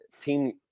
team